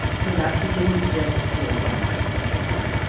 turns out, he didn't just kill one person that day.